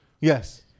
Yes